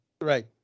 Right